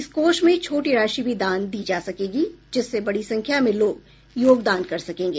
इस कोष में छोटी राशि भी दान दी जा सकेगी जिससे बड़ी संख्या में लोग योगदान कर सकेंगे